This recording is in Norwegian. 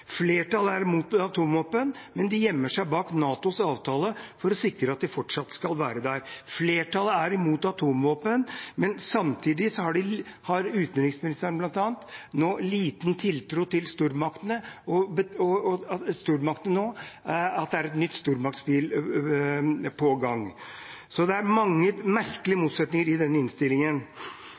Flertallet er imot atomvåpen, men de gjemmer seg bak NATOs avtale for å sikre at de fortsatt skal være der. Flertallet er imot atomvåpen, men samtidig har bl.a. utenriksministeren liten tiltro til stormaktene, at det er et nytt stormaktsspill på gang. Så det er mange merkelige motsetninger i denne innstillingen.